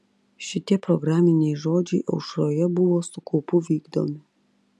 šitie programiniai žodžiai aušroje buvo su kaupu vykdomi